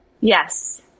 Yes